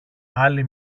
άλλη